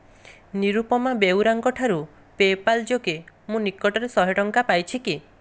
ନିରୁପମା ବେଉରାଙ୍କ ଠାରୁ ପେପାଲ୍ ଯୋଗେ ମୁଁ ନିକଟରେ ଶହେ ଟଙ୍କା ପାଇଛି କି